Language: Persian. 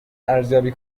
ارزیابی